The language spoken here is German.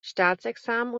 staatsexamen